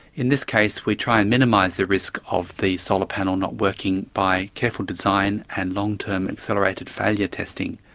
in this case we try and minimise the risk of the solar panel not working by careful design and long-term accelerated failure testing.